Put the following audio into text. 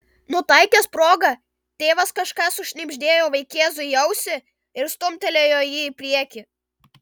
nutaikęs progą tėvas kažką sušnibždėjo vaikėzui į ausį ir stumtelėjo jį į priekį